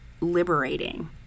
liberating